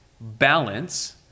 balance